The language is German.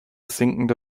sinkende